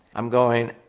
i'm going,